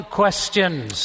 questions